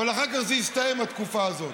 אבל אחר כך זה הסתיים, התקופה הזאת.